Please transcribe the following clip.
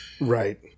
right